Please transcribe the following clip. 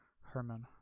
Herman